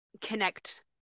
connect